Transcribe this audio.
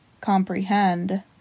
comprehend